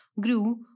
grew